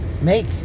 Make